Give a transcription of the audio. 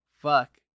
Fuck